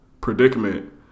predicament